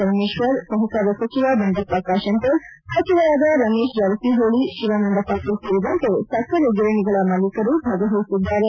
ಪರಮೇಶ್ವರ್ ಸಹಕಾರ ಸಚಿವ ಬಂಡಪ್ಪ ಕಾಶಂಪುರ್ ಸಚಿವರಾದ ರಮೇಶ್ ಜಾರಕಿಹೊಳಿ ಶಿವಾನಂದ ವಾಟೀಲ್ ಸೇರಿದಂತೆ ಸಕ್ಕರ ಗಿರಣಿಗಳ ಮಾಲೀಕರು ಭಾಗವಹಿಸಿದ್ದಾರೆ